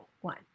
one